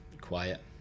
quiet